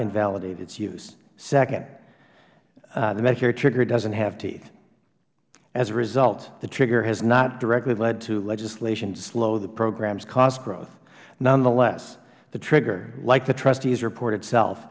invalidate its use second the medicare trigger doesn't have teeth as a result the trigger has not directly led to legislation to slow the program's cost growth nonetheless the trigger like the trustees report itself